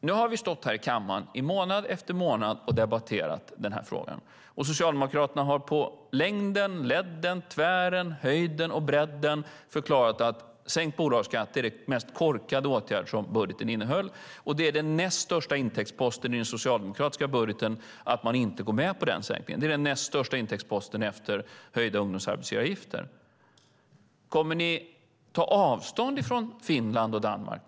Nu har vi stått här i kammaren i månad efter månad och debatterat den här frågan. Socialdemokraterna har på längden, ledden, tvären, höjden och bredden förklarat att sänkt bolagsskatt var den mest korkade åtgärd som budgeten innehöll. Samtidigt är den näst största intäktsposten i den socialdemokratiska budgeten att man inte går med på den sänkningen. Det är den näst största intäktsposten efter höjda ungdomsarbetsgivaravgifter. Kommer ni nu att ta avstånd från Finland och Danmark?